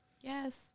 Yes